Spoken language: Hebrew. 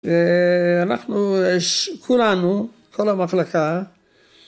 ‫אנחנו, כולנו, כל המחלקה,